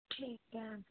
ਠੀਕ ਹੈ